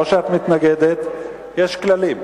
או שאת מתנגדת, יש כללים.